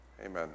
Amen